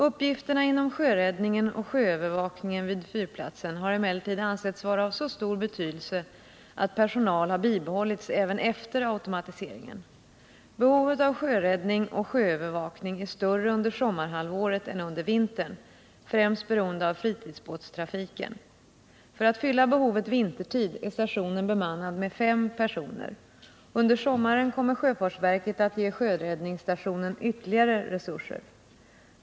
Uppgifterna inom sjöräddningen och sjöövervakningen vid fyrplatsen har emellertid ansetts vara av så stor betydelse att personal har bibehållits även efter automatiseringen. Behovet av sjöräddning och sjöövervakning är större under sommarhalvåret än under vintern, främst beroende på fritidsbåtstrafiken. För att fylla behovet vintertid är stationen bemannad med fem personer. Under sommaren kommer sjöfartsverket att ge sjöräddningsstationen ytterligare resurser.